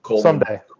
Someday